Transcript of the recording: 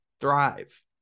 thrive